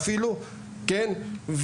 וכן,